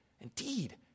indeed